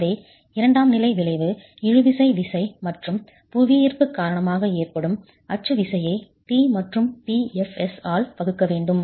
எனவே இரண்டாம் நிலை விளைவு இழுவிசை விசை மற்றும் புவியீர்ப்பு காரணமாக ஏற்படும் அச்சு விசையை T மற்றும் P Fs ஆல் வகுக்க வேண்டும்